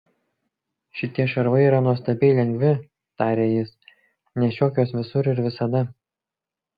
šitie šarvai yra nuostabiai lengvi tarė jis nešiok juos visur ir visada